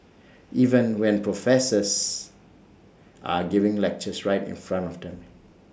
even when professors are giving lectures right in front of them